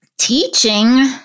teaching